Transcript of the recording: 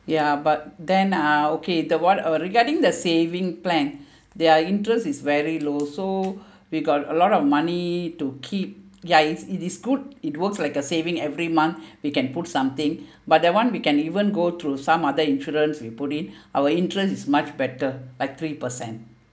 ya but then uh okay the one uh regarding the saving plan their interest is very low so we got a lot of money to keep ya it it is good it works like a saving every month we can put something but that one we can even go through some other insurance we put in our interest is much better like three percent